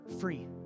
free